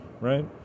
right